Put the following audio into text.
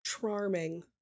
charming